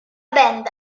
band